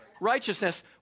righteousness